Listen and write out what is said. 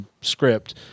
script